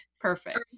Perfect